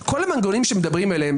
- כל המנגנונים שמדברים עליהם,